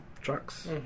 trucks